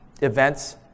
events